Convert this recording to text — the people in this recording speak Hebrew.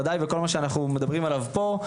ודאי בכל מה שאנחנו מדברים עליו פה,